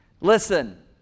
Listen